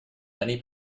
many